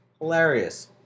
Hilarious